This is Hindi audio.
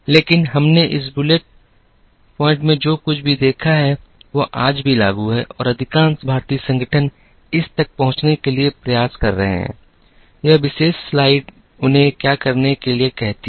लेकिन हमने इस बुलेट में जो कुछ भी देखा है वह आज भी लागू है और अधिकांश भारतीय संगठन इस तक पहुंचने के लिए प्रयास कर रहे हैं यह विशेष स्लाइड उन्हें क्या करने के लिए कहती है